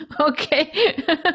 okay